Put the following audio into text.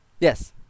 Yes